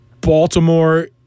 Baltimore